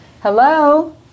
Hello